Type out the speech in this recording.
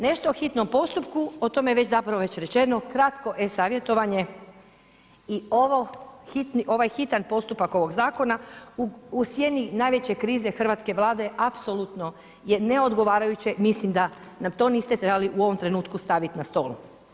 Nešto o hitnom postupku, o tome, već zapravo rečeno, kratko, e-savjetovanje i ovo hitan postupak ovog zakona u sijani najveće krize hrvatske Vlade apsolutno je neodgovarajuće, mislim da nam to niste trebali u ovom trenutku staviti na stol.